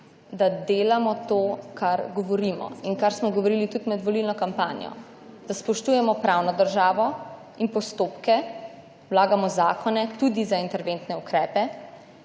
da delamo to, kar govorimo in kar smo govorili tudi med volilno kampanjo, da spoštujemo pravno državo in postopke, vlagamo zakone tudi za interventne ukrepe